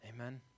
Amen